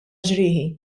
ġrieħi